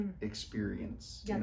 experience